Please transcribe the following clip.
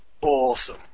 awesome